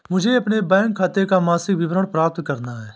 मुझे अपने बैंक खाते का मासिक विवरण प्राप्त करना है?